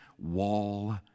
wall